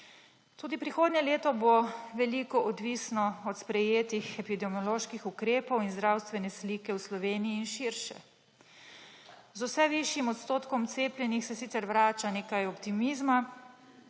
Tudi prihodnje leto bo veliko odvisno od sprejetih epidemioloških ukrepov in zdravstvene slike v Sloveniji in širše. Z vse višjim odstotkom cepljenih se sicer vrača nekaj optimizma